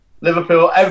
Liverpool